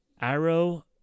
arrow